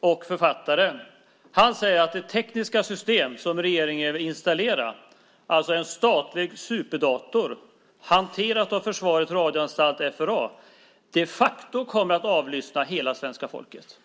och författare säger. Han säger nämligen att det tekniska system som regeringen vill installera - alltså en statlig superdator - hanterat av Försvarets radioanstalt, FRA, de facto kommer att avlyssna hela svenska folket.